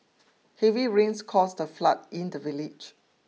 heavy rains caused a flood in the village